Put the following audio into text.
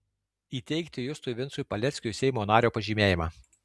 įteikti justui vincui paleckiui seimo nario pažymėjimą